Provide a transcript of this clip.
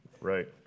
Right